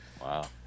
Wow